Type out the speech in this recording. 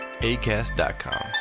ACAST.com